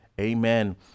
Amen